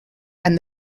and